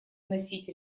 вносить